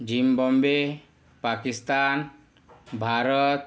Zimbabwe Pakistan Bharat